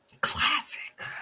Classic